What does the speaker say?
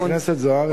חברת הכנסת זוארץ,